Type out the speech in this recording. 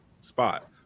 spot